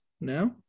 now